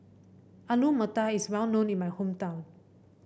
Alu Matar is well known in my hometown